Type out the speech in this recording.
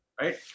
right